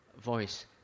voice